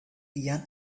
ian